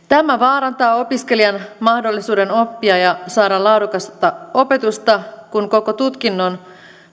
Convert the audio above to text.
tämä vaarantaa opiskelijan mahdollisuuden oppia ja saada laadukasta opetusta kun koko tutkinnon